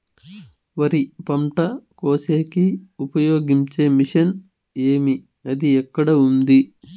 వరి పంట కోసేకి ఉపయోగించే మిషన్ ఏమి అది ఎక్కడ ఉంది?